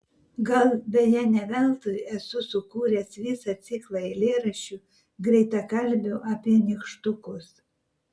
gal beje ne veltui esu sukūręs visą ciklą eilėraščių greitakalbių apie nykštukus